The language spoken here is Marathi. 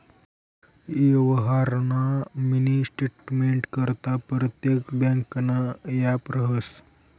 यवहारना मिनी स्टेटमेंटकरता परतेक ब्यांकनं ॲप रहास